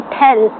tell